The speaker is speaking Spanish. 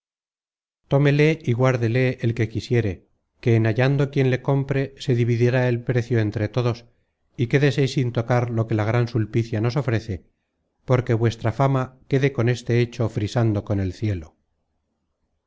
tómele y guardele el que quisiere que en hallando quien le compre se dividirá el precio entre todos y quédese sin tocar lo que la gran sulpicia os ofrece porque vuestra fama quede con este hecho frisando con el cielo